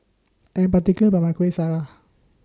I Am particular about My Kuih Syara